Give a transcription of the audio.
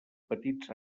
petits